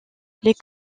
les